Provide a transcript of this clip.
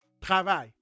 Travail